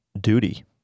duty